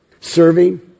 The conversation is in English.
Serving